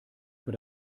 für